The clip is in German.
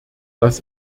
das